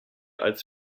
als